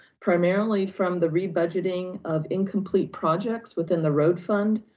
primarily from the rebudgeting of incomplete projects within the road fund,